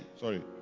sorry